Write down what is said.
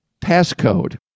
passcode